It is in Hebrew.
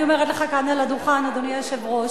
אני אומרת לך כאן על הדוכן, אדוני היושב-ראש,